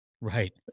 Right